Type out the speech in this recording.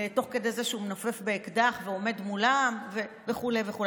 תוך כדי זה שהוא מנפנף באקדח והוא עומד מולם וכו' וכו'.